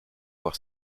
voir